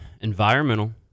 Environmental